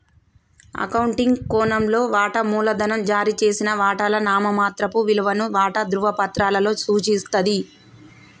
accounting కోణంలో, వాటా మూలధనం జారీ చేసిన వాటాల నామమాత్రపు విలువను వాటా ధృవపత్రాలలో సూచిస్తది